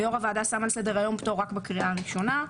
ויושב-ראש הוועדה שם על סדר-היום פטור רק בקריאה ראשונה,